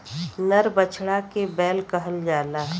नर बछड़ा के बैल कहल जाला